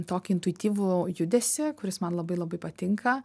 tokį intuityvų judesį kuris man labai labai patinka